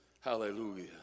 hallelujah